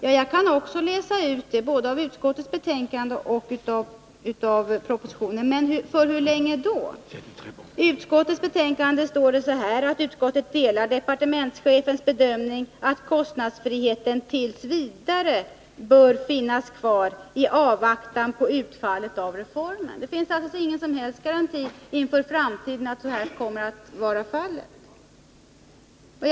Ja, jag kan också läsa ut det både av utskottets betänkande och av propositionen. Men hur länge får de vara kvar? I utskottets betänkande står det: ”Utskottet delar departementschefens bedömning att kostnadsfriheten t. v. bör finnas kvar i avvaktan på utfallet av reformen.” Det finns alltså inför framtiden ingen som helst garanti för att de kostnadsfria läkemedlen får vara kvar.